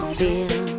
feel